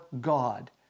God